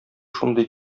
шундый